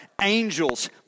Angels